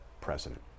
president